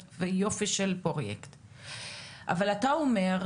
אבל אתה אומר,